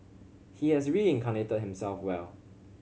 he has reincarnated himself well